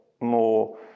more